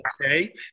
okay